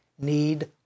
Need